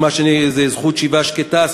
שזה זכות שיבה שקטה,